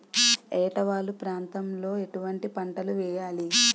ఏటా వాలు ప్రాంతం లో ఎటువంటి పంటలు వేయాలి?